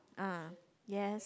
ah yes